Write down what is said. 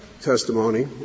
testimony